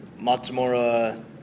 Matsumura